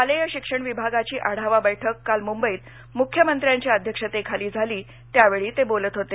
शालेय शिक्षण विभागाची आढावा बैठक काल मुंबईत मुख्यमंत्र्यांच्या अध्यक्षतेखाली झाली त्यावेळी ते बोलत होते